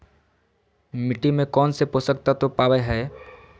मिट्टी में कौन से पोषक तत्व पावय हैय?